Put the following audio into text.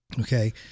Okay